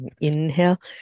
Inhale